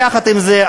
יחד עם זה,